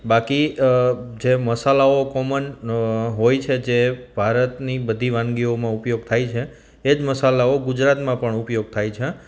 બાકી જે મસાલાઓ કોમન હોય છે જે ભારતની બધી વાનગીઓમાં ઉપયોગ થાય છે એજ મસલાઓ ગુજરાતમાં પણ ઉપયોગ થાય છે